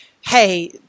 hey